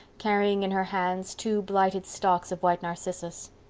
carrying in her hands two blighted stalks of white narcissus.